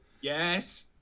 Yes